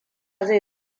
zai